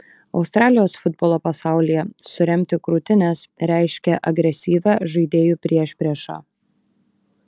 australijos futbolo pasaulyje suremti krūtines reiškia agresyvią žaidėjų priešpriešą